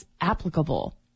applicable